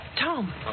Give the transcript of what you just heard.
Tom